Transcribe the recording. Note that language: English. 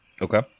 Okay